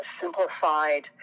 simplified